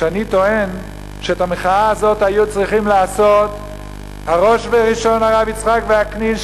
ואני טוען שאת המחאה הזאת היו צריכים לעשות הראש וראשון הרב יצחק וקנין,